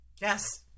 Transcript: Yes